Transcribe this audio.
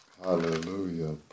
Hallelujah